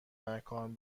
مکان